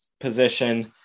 position